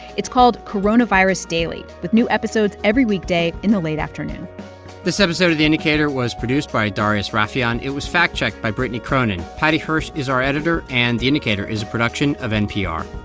it's called coronavirus daily, with new episodes every weekday in the late afternoon this episode of the indicator was produced by darius rafieyan. it was fact-checked by brittany cronin. paddy hirsch is our editor, and the indicator is a production of npr